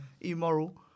immoral